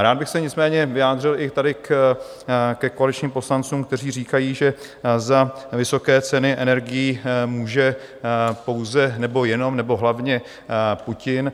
Rád bych se nicméně vyjádřil i tady ke koaličním poslancům, kteří říkají, že za vysoké ceny energií může pouze nebo jenom nebo hlavně Putin.